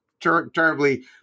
terribly